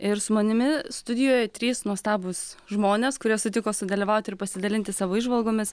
ir su manimi studijoje trys nuostabūs žmonės kurie sutiko sudalyvauti ir pasidalinti savo įžvalgomis